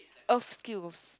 earth skills